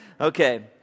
Okay